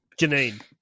Janine